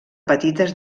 petites